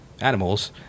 animals